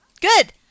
good